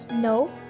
No